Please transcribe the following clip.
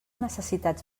necessitats